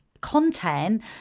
content